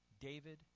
David